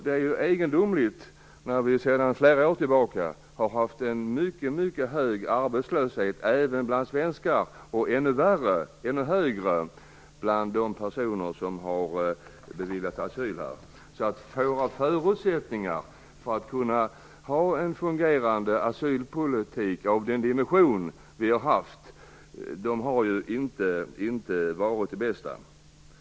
Det är egendomligt, när vi sedan flera år tillbaka har haft en mycket hög arbetslöshet även bland svenskar, och ännu högre bland de personer som har beviljats asyl här. Våra förutsättningar för att kunna ha en fungerande asylpolitik av den dimension vi har haft har ju inte varit de bästa.